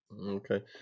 okay